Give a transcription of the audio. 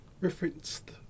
referenced